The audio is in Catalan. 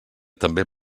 també